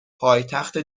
پایتخت